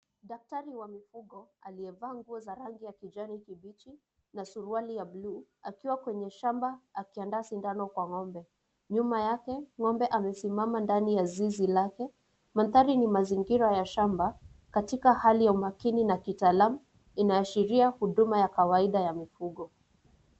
Daktari wa mifugo aliyevaa nguo za rangi ya kijani kibichi na suruali ya blue akiwa kwenye shamba akiandaa sindano kwa ng'ombe. Nyuma yake, ng'ombe amesimama ndani ya zizi lake. Mandhari ni mazingira ya shamba, katika hali ya umakini na kitaalamu, inaashiria huduma ya kawaida ya mifugo.